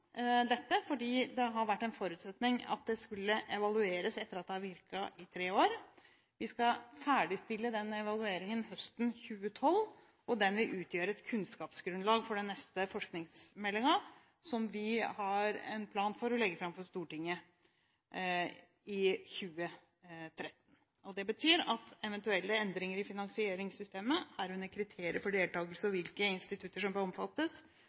dette fordi det har vært en forutsetning at ordningen skulle evalueres etter at den har virket i tre år. Vi skal ferdigstille den evalueringen høsten 2012, og den vil utgjøre et kunnskapsgrunnlag for den neste forskningsmeldingen som vi etter planen vil legge fram for Stortinget i 2013. Det betyr at eventuelle endringer i finansieringssystemet, herunder kriterier for deltakelse og hvilke institutter som omfattes,